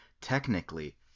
technically